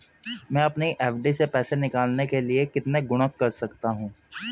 मैं अपनी एफ.डी से पैसे निकालने के लिए कितने गुणक कर सकता हूँ?